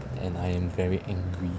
and I'm very angry